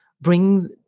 bring